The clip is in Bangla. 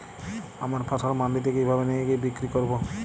আমার ফসল মান্ডিতে কিভাবে নিয়ে গিয়ে বিক্রি করব?